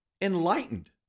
enlightened